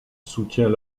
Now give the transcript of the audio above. soutient